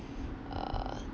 err